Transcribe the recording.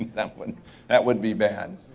that would that would be bad,